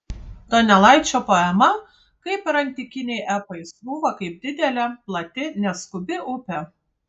donelaičio poema kaip ir antikiniai epai srūva kaip didelė plati neskubi upė